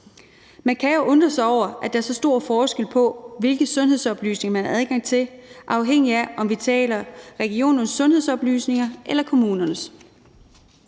Man kan jo undre sig over, at der er så stor forskel på, hvilke sundhedsoplysninger man har adgang til, afhængig af om vi taler regionernes sundhedsoplysninger eller kommunernes.